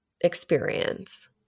experience